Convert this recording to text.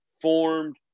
formed